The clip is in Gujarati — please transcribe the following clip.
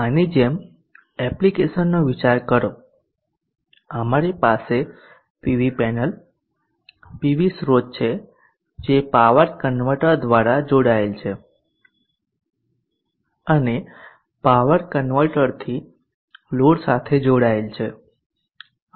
આની જેમ એપ્લિકેશનનો વિચાર કરો અમારી પાસે પીવી પેનલ પીવી સ્રોત છે જે પાવર કન્વર્ટર દ્વારા જોડાયેલ છે અને પાવર કન્વર્ટરથી લોડ સાથે જોડાયેલ છે